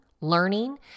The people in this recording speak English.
learning